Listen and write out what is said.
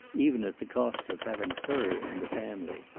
even at the cost of having her in the family.